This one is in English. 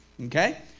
Okay